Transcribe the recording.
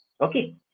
Okay